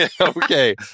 Okay